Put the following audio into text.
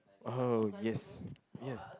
oh yes yes